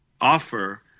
offer